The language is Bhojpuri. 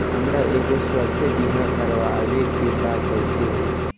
हमरा एगो स्वास्थ्य बीमा करवाए के बा कइसे होई?